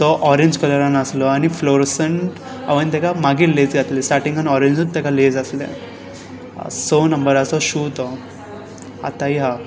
हो ऑरेंज कलरान आसलो आनी फ्लोरसंट हांवें ताका मागीर लेज घातली स्टाटिंगान ऑरेंजूच ताका लेज आसले सो नंबराचो शू तो आतांय हा